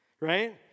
right